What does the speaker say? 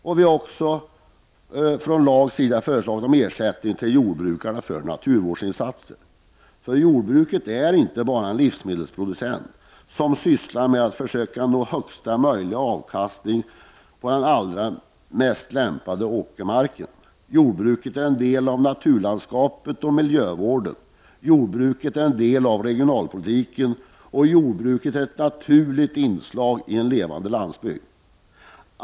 Vi har också från LAG föreslagit en ersättning till jordbrukarna för naturvårdsinsatser. Jordbrukarna är inte bara livsmedelsproducenter som sysslar med att försöka nå högsta möjliga avkastning på den allra mest lämpade åkermarken. Jordbruket är en del av naturlandskapsoch miljövården. Jordbruket är en del av regionalpolitiken, och jordbruket är ett naturligt inslag i en levande landsbygd.